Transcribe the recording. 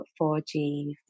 4G